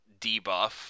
Debuff